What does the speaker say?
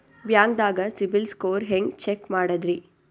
ಬ್ಯಾಂಕ್ದಾಗ ಸಿಬಿಲ್ ಸ್ಕೋರ್ ಹೆಂಗ್ ಚೆಕ್ ಮಾಡದ್ರಿ?